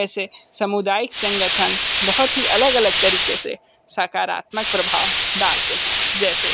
ऐसे सामुदायिक संगठन बहुत ही अलग अलग तरीके से सकारात्मक प्रभाव डालते हैं जैसे